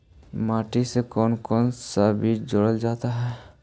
माटी से कौन कौन सा बीज जोड़ा जाता है?